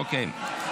אוקיי.